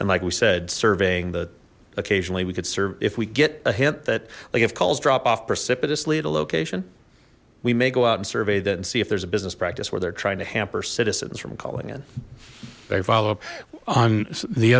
and like we said surveying the occasionally we could serve if we get a hint that like if calls drop off precipitously at a location we may go out and survey that and see if there's a business practice where they're trying to hamper citizens from calling in they follow up on the